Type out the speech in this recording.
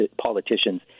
politicians